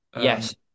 Yes